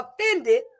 offended